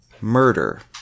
murder